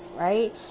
right